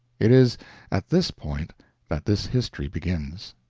it is at this point that this history begins.